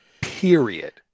Period